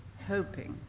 hoping,